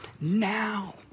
Now